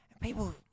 People